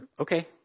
okay